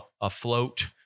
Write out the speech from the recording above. afloat